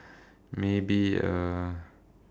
maybe a